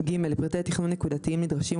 פרטי תכנון נקודתיים נדרשים,